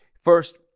First